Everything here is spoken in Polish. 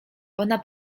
ona